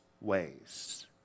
ways